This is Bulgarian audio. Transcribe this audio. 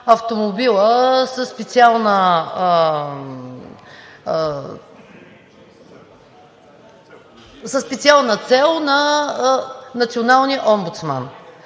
автомобила със специална цел на националния омбудсман.